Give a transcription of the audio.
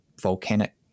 volcanic